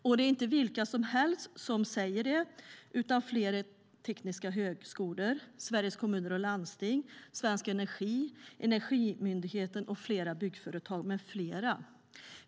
Och det är inte vilka som helst som säger det, utan flera tekniska högskolor, Sveriges Kommuner och Landsting, Svensk Energi, Energimyndigheten, flera byggföretag med flera.